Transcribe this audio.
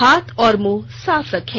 हाथ और मुंह साफ रखें